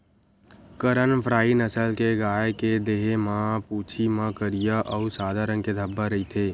करन फ्राइ नसल के गाय के देहे म, पूछी म करिया अउ सादा रंग के धब्बा रहिथे